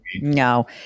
no